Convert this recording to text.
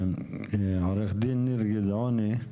עו"ד ניר גדעוני,